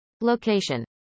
Location